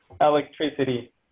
Electricity